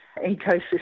ecosystem